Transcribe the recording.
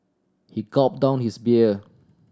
he gulp down his beer